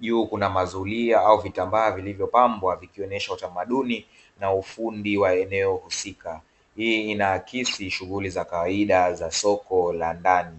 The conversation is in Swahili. juu kuna mazuria ama vitambaa vilivyopambwa vikionyesha utamaduni wa eneo husika, hii inaaksi shughuli za kawaida za soko la ndani.